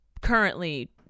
currently